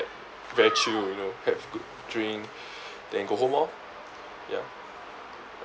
very chill you know have a good drink then go home orh ya